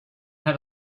had